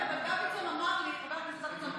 חבר הכנסת דוידסון,